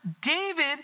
David